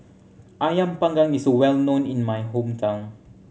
Ayam Panggang is well known in my hometown